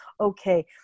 okay